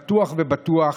פתוח ובטוח,